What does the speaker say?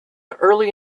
early